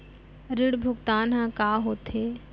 ऋण भुगतान ह का होथे?